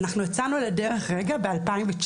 אנחנו יצאנו לדרך ב-2019,